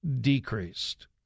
decreased